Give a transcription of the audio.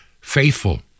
faithful